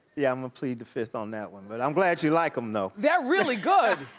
yeah i'm gonna plead the fifth on that one. but i'm glad you like em though. they're really good.